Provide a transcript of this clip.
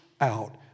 out